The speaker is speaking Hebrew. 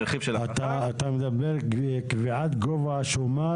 ברכיב של הנחה --- אתה מתכוון לקביעת גובה השומה